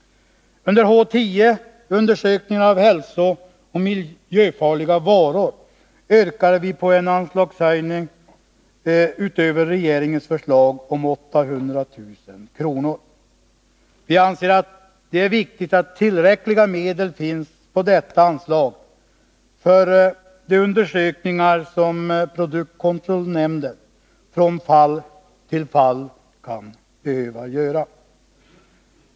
Under H 10. Undersökningar av hälsooch miljöfarliga varor yrkar vi på en anslagshöjning utöver regeringens förslag om 800 000 kr. till 4 800 000 kr. Vi anser att det är viktigt att tillräckliga medel finns på detta anslag för de undersökningar som produktkontrollnämnden, från fall till fall, kan behöva göra.